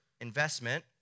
investment